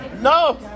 No